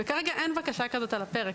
וכרגע אין בקשה כזאת על הפרק.